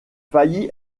failli